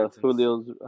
Julio's